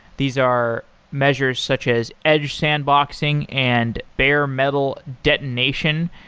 these are measures such as edge sandboxing and baremetal detonation.